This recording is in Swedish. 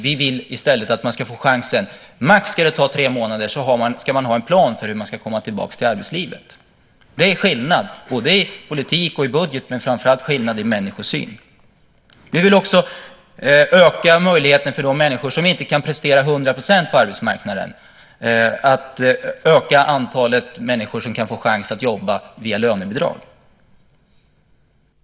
Vi vill i stället att man ska få chansen. Det ska ta max tre månader; sedan ska man ha en plan för hur man ska komma tillbaka till arbetslivet. Det är skillnad både i politik och i budget, men framför allt är det skillnad i människosyn. Vi vill också öka möjligheterna för de människor som inte kan prestera hundra procent på arbetsmarknaden genom att öka antalet människor som kan få chans att jobba via lönebidrag.